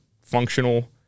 functional